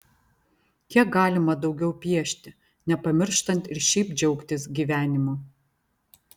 kiek galima daugiau piešti nepamirštant ir šiaip džiaugtis gyvenimu